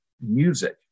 music